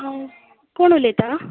कोण उलयता